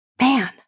man